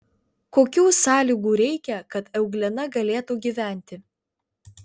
kokių sąlygų reikia kad euglena galėtų gyventi